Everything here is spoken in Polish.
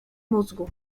mózgu